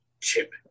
Chip